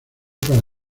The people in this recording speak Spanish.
para